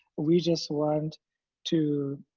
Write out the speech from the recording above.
we just want to